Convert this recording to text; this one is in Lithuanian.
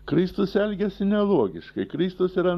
kristus elgiasi nelogiškai kristus yra